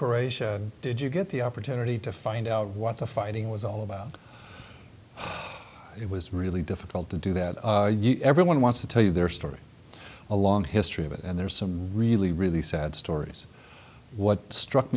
corporation did you get the opportunity to find out what the fighting was all about it was really difficult to do that everyone wants to tell you their story a long history of it and there are some really really sad stories what struck